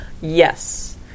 Yes